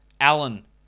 Allen